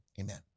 amen